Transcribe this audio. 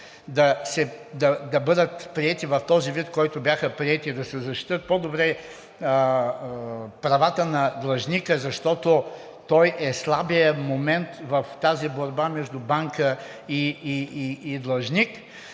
да бъдат приети в този вид, в който бяха приети, да се защитят по добре правата на длъжника, защото той е слабият момент в тази борба между банка и длъжник,